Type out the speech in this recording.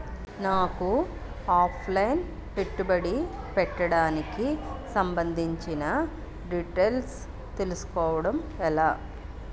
నాకు offline పెట్టుబడి పెట్టడానికి సంబందించిన డీటైల్స్ తెలుసుకోవడం ఎలా?